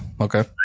Okay